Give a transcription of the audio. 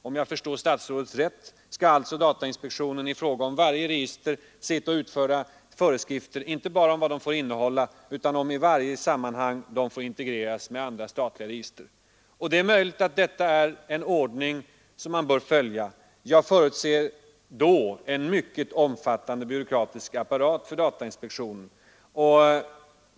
Om jag förstår statsrådet rätt, skall alltså datainspektionen i fråga om varje register sitta och utfärda föreskrifter inte bara om vad detta får innehålla utan i varje sammanhang också om det får integreras med andra statliga register. Det är möjligt att detta är en ordning som man bör följa. Jag förutser då en mycket omfattande byråkratisk apparat för datainspektionen.